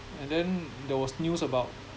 and then there was news about